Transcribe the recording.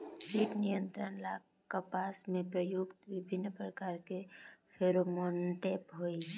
कीट नियंत्रण ला कपास में प्रयुक्त विभिन्न प्रकार के फेरोमोनटैप होई?